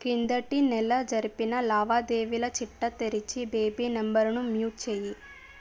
క్రిందటి నెల జరిపిన లావాదేవీల చిట్టా తెరచి బేబీ నంబర్ని మ్యూట్ చెయ్యి